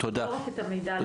לא רק את המידע הזה.